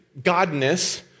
godness